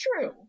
true